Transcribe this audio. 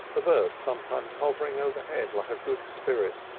the bird sometimes hovering overhead like a good spirit,